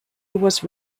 was